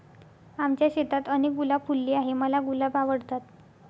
आमच्या शेतात अनेक गुलाब फुलले आहे, मला गुलाब आवडतात